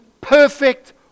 perfect